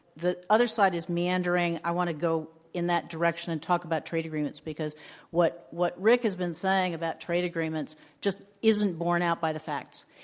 the other side is meandering, i want to go in that direction and talk about trade agreements because what what rick has been saying about trade agreements, just isn't borne out by the facts.